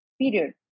Period